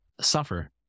suffer